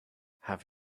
have